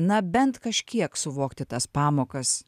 na bent kažkiek suvokti tas pamokas